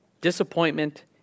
Disappointment